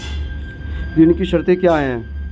ऋण की शर्तें क्या हैं?